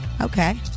Okay